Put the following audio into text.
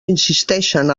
insisteixen